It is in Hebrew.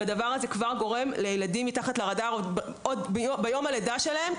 הדבר גורם לכך שחלק מהילדים נופלים בין הכיסאות כבר ביום הלידה שלהם.